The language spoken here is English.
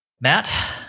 Matt